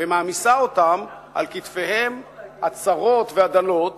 ומעמיסה אותם על כתפיהם הצרות והדלות